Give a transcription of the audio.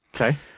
Okay